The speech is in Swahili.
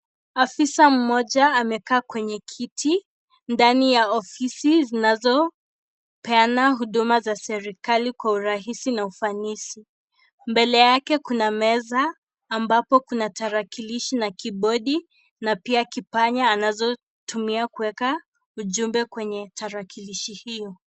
Arisaig mmoja amekaa kwenye kiti ndani ya ofisi zinazopeana huduma za serikali kwa urahisi na ufanisi. Mbele yake kuna meza ambapo kuna tarakilishi na kiibodi na pia kipanya anazotumia kuweka ujumbe kwenye tarakilishi hiyo.